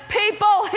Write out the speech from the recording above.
people